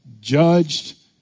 judged